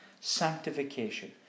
sanctification